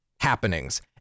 happenings